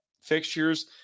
fixtures